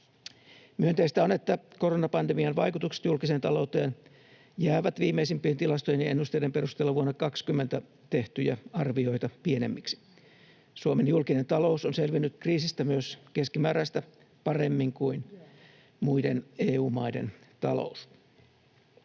Myönteistä on, että koronapandemian vaikutukset julkiseen talouteen jäävät viimeisimpien tilastojen ja ennusteiden perusteella vuonna 20 tehtyjä arvioita pienemmiksi. Suomen julkinen talous on selvinnyt kriisistä myös paremmin kuin muiden EU-maiden taloudet